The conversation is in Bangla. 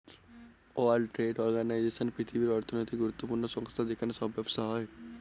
ওয়ার্ল্ড ট্রেড অর্গানাইজেশন পৃথিবীর অর্থনৈতিক গুরুত্বপূর্ণ সংস্থা যেখানে সব ব্যবসা হয়